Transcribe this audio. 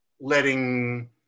letting